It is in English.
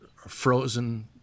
Frozen